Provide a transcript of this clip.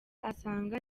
asanga